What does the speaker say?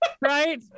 right